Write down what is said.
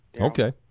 Okay